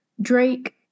Drake